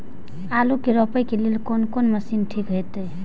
आलू के रोपे के लेल कोन कोन मशीन ठीक होते?